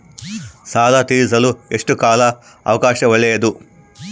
ಸಾಲ ತೇರಿಸಲು ಎಷ್ಟು ಕಾಲ ಅವಕಾಶ ಒಳ್ಳೆಯದು?